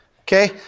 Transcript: Okay